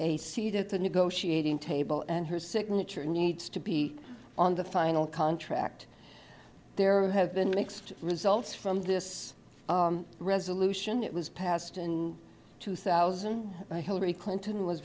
seat at the negotiating table and her signature needs to be on the final contract there have been mixed results from this resolution it was passed in two thousand clinton was